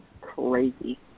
crazy